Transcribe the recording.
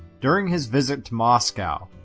during his visit to moscow,